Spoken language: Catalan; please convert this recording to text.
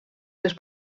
les